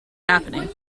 happening